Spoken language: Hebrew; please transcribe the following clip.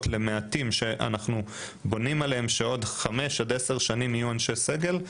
למעטים שאנחנו בונים עליהם שעוד כ-5-10 שנים יהיו אנשי סגל,